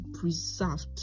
preserved